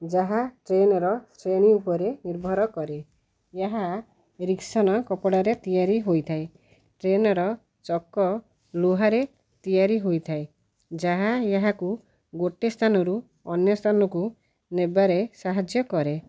ଯାହା ଟ୍ରେନ୍ର ଶ୍ରେଣୀ ଉପରେ ନିର୍ଭର କରେ ଏହା ରିକ୍ସନ କପଡ଼ାରେ ତିଆରି ହୋଇଥାଏ ଟ୍ରେନ୍ର ଚକ ଲୁହାରେ ତିଆରି ହୋଇଥାଏ ଯାହା ଏହାକୁ ଗୋଟେ ସ୍ଥାନରୁ ଅନ୍ୟ ସ୍ଥାନକୁ ନେବାରେ ସାହାଯ୍ୟ କରେ